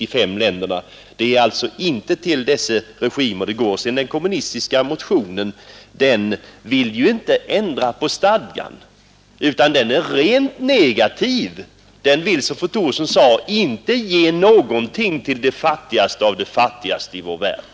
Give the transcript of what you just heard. Och det är som sagt inte till regimerna där som pengarna går. Vad sedan den kommunistiska motionen angår vill den ju inte ändra på stadgan, utan den är rent negativ. Som fru Thorsson sade vill den inte ge någonting till de fattigaste av de fattiga i vår värld.